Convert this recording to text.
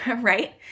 right